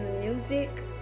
music